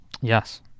Yes